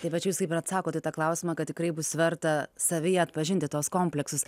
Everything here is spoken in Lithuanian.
tai vat jūs kaip ir atsakote į tą klausimą kad tikrai bus verta savyje atpažinti tuos komplektus